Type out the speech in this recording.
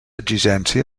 exigència